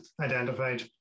identified